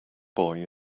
boy